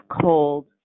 cold